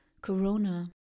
Corona